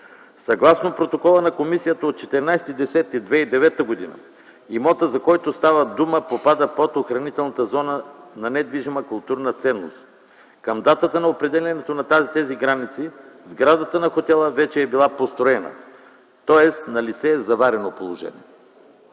Съгласно протокола на комисията от 14.10.2009 г. имотът, за който става дума, попада под охранителната зона на недвижима културна ценност. Към датата на определянето на тези граници сградата на хотела вече е била построена. Тоест налице е заварено положение.